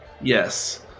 yes